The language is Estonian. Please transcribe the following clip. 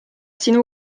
sinu